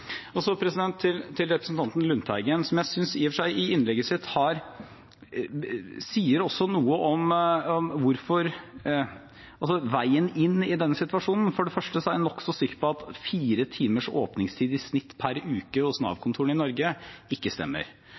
Til representanten Lundteigen, som jeg synes i og for seg i innlegget sitt sier noe om veien inn i denne situasjonen. For det første er jeg nokså sikker på at fire timers åpningstid i snitt per uke hos Nav-kontorene i Norge ikke stemmer.